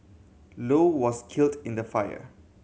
low was killed in the fire